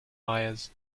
wires